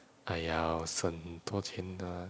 !aiya! 我省很多钱的 what